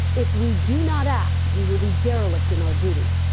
if we do not act, we will be derelict in our duty.